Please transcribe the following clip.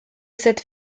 cette